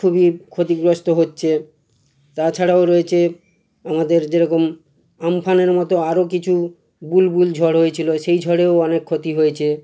খুবই ক্ষতিগ্রস্ত হচ্ছে তাছাড়াও রয়েছে আমাদের যেরকম আমফানের মতো আরও কিছু বুলবুল ঝড় হয়েছিল সেই ঝড়েও অনেক ক্ষতি হয়েছে